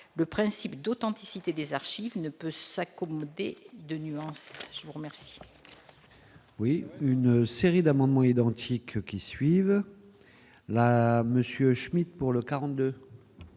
le principe d'authenticité des archives ne peut s'accommoder de nuances, je vous remercie.